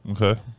Okay